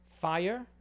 Fire